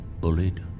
bullied